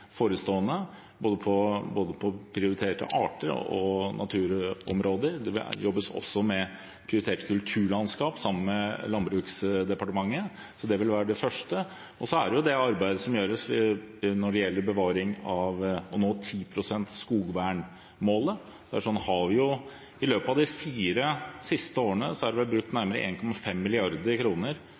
forestående, når det gjelder både prioriterte arter og prioriterte naturområder. Det jobbes også med prioriterte kulturlandskap, sammen med Landbruks- og matdepartementet. Det vil være det første. Så er det det arbeidet som gjøres for å nå målet om å verne 10 pst. av skogen. I løpet av de fire siste årene er det brukt nærmere